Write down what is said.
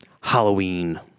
Halloween